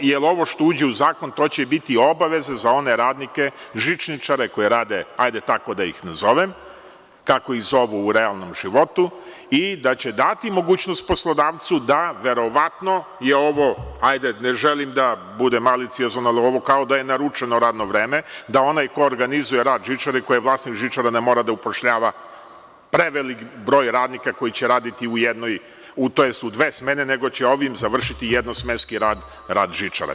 Jer, ovo što uđe u zakon, to će biti obaveze za one radnike žičničare koji rade, hajde tako da ih nazovem, kako ih zovu u realnom životu, i da će dati mogućnost poslodavcu da verovatno je ovo, hajde ne želim da budem maliciozan, ali ovo kao da je naručeno radno vreme, da onaj koji organizuje rad žičare, onaj koji je vlasnik žičare da mora da upošljava prevelik broj radnika koji će raditi u jednoj tj. u dve smene nego će ovim završiti jednosmenski rad, rad žičare.